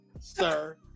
sir